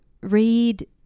read